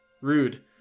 Rude